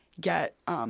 get